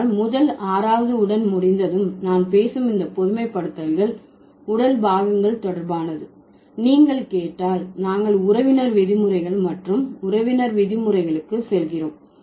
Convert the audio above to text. அதனால் முதல் 6வது உடன் முடிந்ததும் நான் பேசும் இந்த பொதுமைப்படுத்துதல்கள் உடல் பாகங்கள் தொடர்பானது நீங்கள் கேட்டால் நாங்கள் உறவினர் விதிமுறைகள் மற்றும் உறவினர் விதிமுறைகளுக்கு செல்கிறோம்